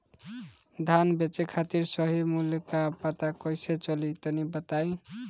धान बेचे खातिर सही मूल्य का पता कैसे चली तनी बताई?